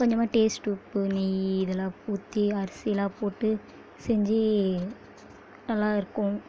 கொஞ்சமாக டேஸ்ட்டு உப்பு நெய் இதெல்லாம் ஊற்றி அரிசியெலாம் போட்டு செஞ்சு நல்லாயிருக்கும்